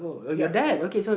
ya the far